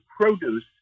produce